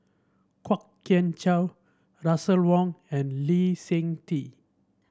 Kwok Kian Chow Russel Wong and Lee Seng Tee